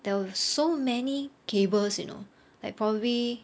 there were so many cables you know like probably